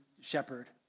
shepherd